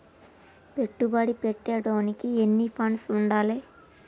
పెట్టుబడి పెట్టేటోనికి ఎన్ని ఫండ్స్ ఉండాలే?